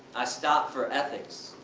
i stopped for ethics.